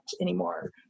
anymore